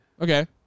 okay